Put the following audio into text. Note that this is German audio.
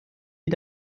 wie